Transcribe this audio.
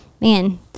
man